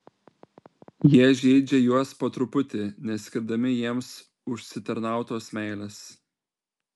jie žeidžia juos po truputį neskirdami jiems užsitarnautos meilės